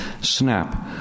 SNAP